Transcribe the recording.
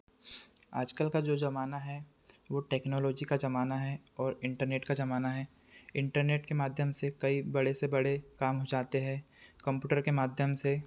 आज कल का जो ज़माना है वह टेक्नोलॉजी का ज़माना है और इंटरनेट का ज़माना है इंटरनेट के माध्यम से कई बड़े से बड़े काम हो जाते हैं कंपुटर से माध्यम से